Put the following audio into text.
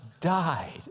died